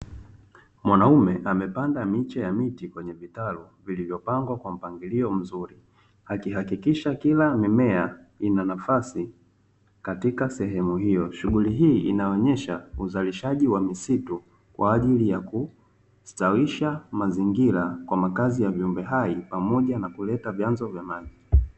Mwanaume amepanda miche ya miti kwenye vitalu vilivyopangwa kwa mpangilio mzuri. Akihakikisha kila mimea ina nafasi katika sehemu hiyo. Shughuli hii inaonyesha uzalishaji wa misitu kwa ajili ya kustawisha mazingira kwa makazi ya viumbe hai pamoja na kuleta vyanzo vya maji.